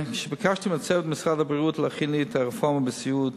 כשביקשתי מהצוות במשרד הבריאות להכין לי את הרפורמה בסיעוד